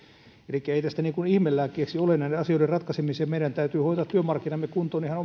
elikkä ei tästä niin kuin ihmelääkkeeksi ole näiden asioiden ratkaisemiseen meidän täytyy hoitaa työmarkkinamme kuntoon ihan